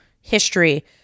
history